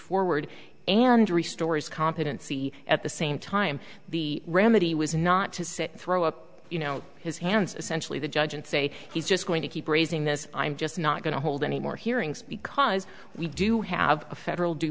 forward and restores competency at the same time the remedy was not to say throw up you know his hands essentially the judge and say he's just going to keep raising this i'm just not going to hold any more hearings because we do have a federal due